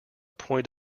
point